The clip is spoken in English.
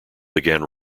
began